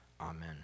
Amen